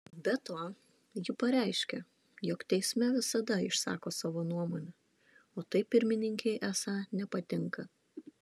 be to ji pareiškė jog teisme visada išsako savo nuomonę o tai pirmininkei esą nepatinka